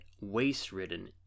waste-ridden